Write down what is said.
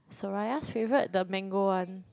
soraya's favourite the mango one